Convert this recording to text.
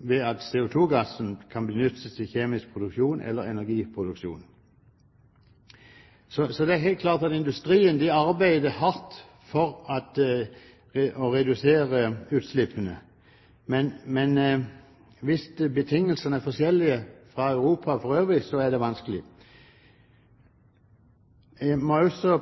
ved at CO2-avgassen kan benyttes til kjemisk produksjon eller energiproduksjon. Så det er helt klart at industrien arbeider hardt for å redusere utslippene. Men hvis betingelsene er forskjellige fra Europa for øvrig, er det vanskelig. Jeg må også